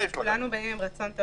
כולנו באים עם רצון טוב